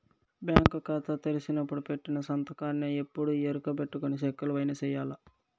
bank కాతా తెరిసినపుడు పెట్టిన సంతకాన్నే ఎప్పుడూ ఈ ఎరుకబెట్టుకొని సెక్కులవైన సెయ్యాల